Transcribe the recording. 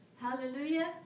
Hallelujah